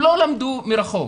הם לא למדו מרחוק.